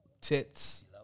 tits